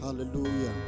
Hallelujah